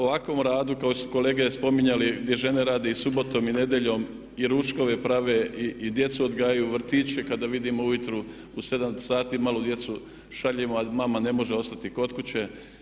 Ovakvom radu kao što su kolege spominjali gdje žene rade i subotom i nedjeljom i ručkove prave i djecu odgajaju vrtići, kada vidimo ujutro u 7 sati malu djecu šaljemo ali mama ne može ostati kod kuće.